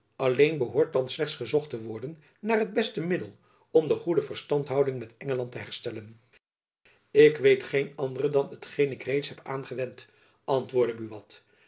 alleen behoort dan slechts gezocht te worden naar het beste middel om de goede verstandhouding met engeland te herstellen ik weet geen ander dan hetgene ik reeds heb aangewend antwoordde buat